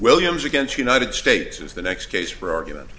williams against united states is the next case for argument